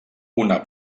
una